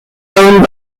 owned